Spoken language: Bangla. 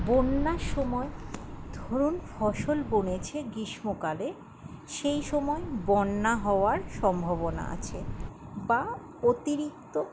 বন্যার সময় ধন ফসল বনেছে গ্রীষ্মকালে সেই সময় বন্যা হওয়ার সম্ভবনা আছে বা অতিরিক্ত